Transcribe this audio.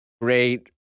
Great